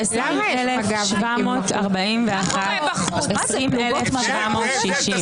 20,741 עד 20,760. למה יש מג"בניקים בחוץ?